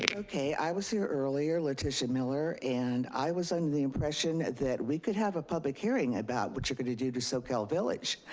ah okay, i was here earlier, leticia miller, and i was under the impression that we could have a public hearing about what you're gonna do to soquel village.